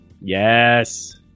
Yes